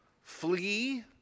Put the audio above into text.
flee